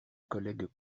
collègue